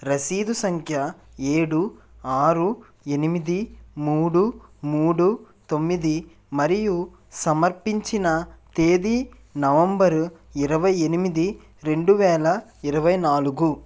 రసీదు సంఖ్య ఏడు ఆరు ఎనిమిది మూడు మూడు తొమ్మిది మరియు సమర్పించిన తేదీ నవంబర్ ఇరవై ఎనిమిది రెండు వేల ఇరవై నాలుగు